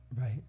Right